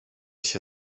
się